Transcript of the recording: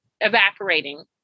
evaporating